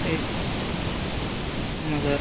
ஐ ஆமாம் சார்